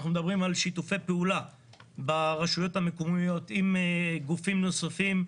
אנחנו מדברים על שיתופי פעולה ברשויות המקומיות עם גופים נוספים.